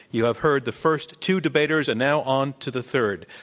you have heard the first two debaters, and now on to the third.